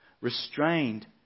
restrained